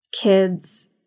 kids